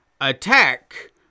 attack